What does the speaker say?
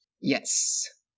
Yes